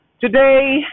Today